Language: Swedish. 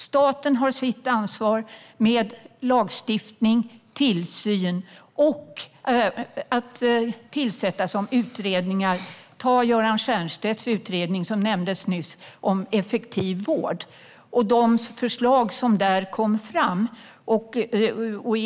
Staten har sitt ansvar med lagstiftning, tillsyn och att tillsätta utredningar - se på Göran Stiernstedts utredning om effektiv vård, som nämndes nyss, och de förslag som där kom fram.